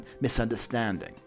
misunderstanding